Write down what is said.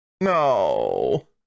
no